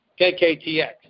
KKTX